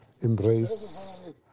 Embrace